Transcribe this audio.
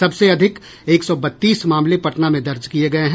सबसे अधिक एक सौ बत्तीस मामले पटना में दर्ज किये गये हैं